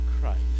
Christ